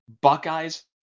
Buckeyes